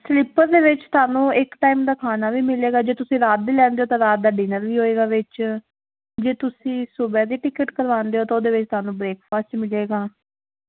sleeper ਦੇ ਵਿੱਚ ਤੁਹਾਨੂੰ ਇੱਕ ਟਾਈਮ ਦਾ ਖਾਣਾ ਵੀ ਮਿਲੇਗਾ ਜੇ ਤੁਸੀਂ ਰਾਤ ਵੀ ਲੈਂਦੇ ਹੋ ਤਾਂ ਰਾਤ ਦਾ ਡਿਨਰ ਵੀ ਹੋਏਗਾ ਵਿੱਚ ਜੇ ਤੁਸੀਂ ਸਵੇਰੇ ਦੀ ਟਿਕਟ ਕਰਵਾਉਂਦੇ ਹੋ ਤਾਂ ਉਹਦੇ ਵਿੱਚ ਸਾਨੂੰ ਬ੍ਰੇਕਫਾਸਟ ਮਿਲੇਗਾ